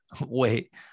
Wait